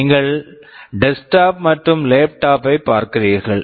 நீங்கள் desktop desktop மற்றும் laptop laptop pipe பார்க்கிறீர்கள்